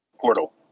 portal